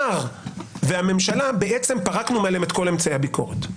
מהשר ומהממשלה בעצם פרקנו את כל אמצעי הביקורת.